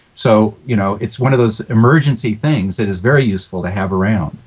so you know it's one of those emergency things that is very useful to have around.